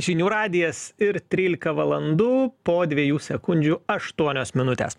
žinių radijas ir trylika valandų po dviejų sekundžių aštuonios minutės